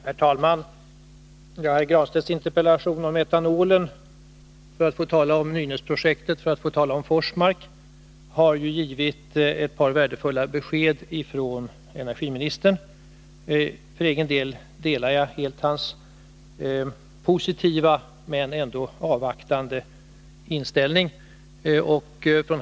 Herr talman! Herr Granstedts interpellation om metanolen — för att få tala om Nynäsprojektet och Forsmark — har resulterat i ett par värdefulla besked från energiministern. För egen del intar jag precis samma positiva, men ändå avvaktande, hållning som han.